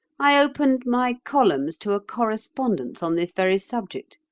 i opened my columns to a correspondence on this very subject.